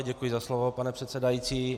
Děkuji za slovo, pane předsedající.